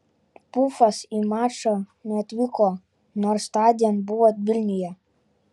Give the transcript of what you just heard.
pufas į mačą neatvyko nors tądien buvo vilniuje